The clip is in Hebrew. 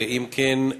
אם כן,